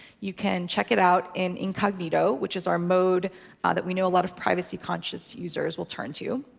you can check it out in incognito, which is our mode that we know a lot of privacy-conscious users will turn to you.